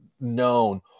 known